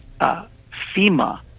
FEMA